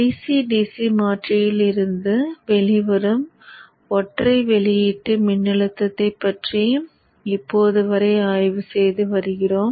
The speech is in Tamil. dc dc மாற்றியில் இருந்து வெளிவரும் ஒற்றை வெளியீட்டு மின்னழுத்தத்தைப் பற்றி இப்போது வரை ஆய்வு செய்து வருகிறோம்